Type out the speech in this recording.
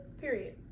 Period